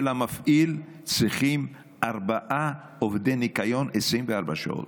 המפעיל צריכים ארבעה עובדי ניקיון 24 שעות.